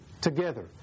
together